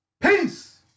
peace